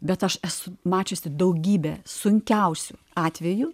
bet aš esu mačiusi daugybę sunkiausių atvejų